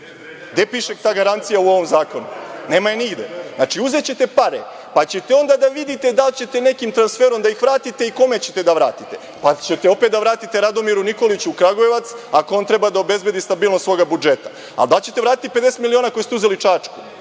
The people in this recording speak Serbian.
Gde piše ta garancija u ovom zakonu? Nema je nigde. Znači, uzećete pare pa ćete onda da vidite da li ćete nekim transferom da ih vratite i kome ćete da vratite, pa ćete opet da vratite Radomiru Nikoliću u Kragujevac, ako on treba da obezbedi stabilnost svoga budžeta. A da li ćete vratiti 50 miliona koje ste uzeli Čačku?